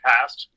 Past